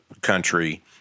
country